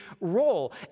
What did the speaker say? role